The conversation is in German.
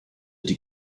die